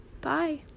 Bye